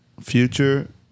Future